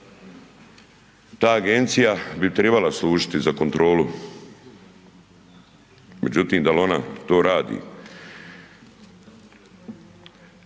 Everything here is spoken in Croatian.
ta agencija bi trebala služiti za kontrolu, međutim dal ona to radi?